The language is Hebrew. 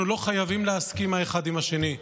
אנחנו לא חייבים להסכים האחד עם השני,